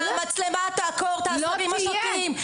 המצלמה תעקור את העשבים השוטים.